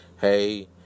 Hey